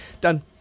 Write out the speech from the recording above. done